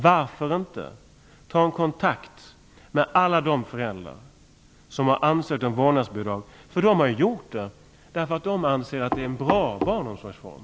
Varför inte ta kontakt med alla föräldrar som har ansökt om vårdnadsbidrag? De har ju gjort det därför att de anser att det är en bra barnomsorgsform.